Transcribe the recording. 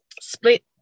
split